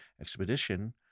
expedition